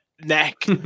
neck